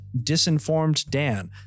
DisinformedDan